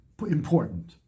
important